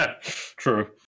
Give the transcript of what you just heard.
true